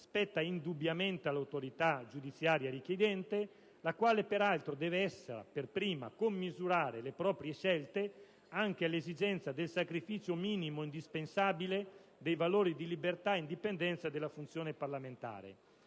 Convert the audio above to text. spetta indubbiamente all'autorità giudiziaria richiedente, la quale peraltro deve, essa per prima, commisurare le proprie scelte anche all'esigenza del sacrificio minimo indispensabile dei valori di libertà e indipendenza della funzione parlamentare...